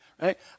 Right